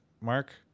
mark